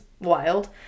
wild